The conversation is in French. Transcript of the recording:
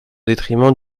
détriment